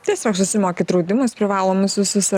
tiesiog susimoki draudimus privalomus visus ar